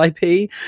ip